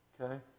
okay